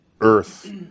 Earth